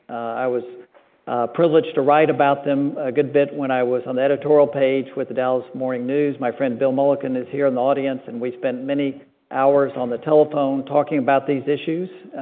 i was privileged to write about them a good bit when i was on the editorial page with the dallas morning news. my friend bill mullican is here in the audience, and we spent many hours on the telephone talking about these issues.